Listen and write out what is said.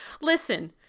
Listen